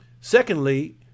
secondly